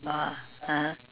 !wah! (uh huh)